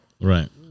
Right